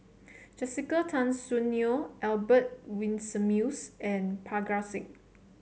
Jessica Tan Soon Neo Albert Winsemius and Parga Singh